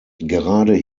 gerade